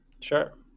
sure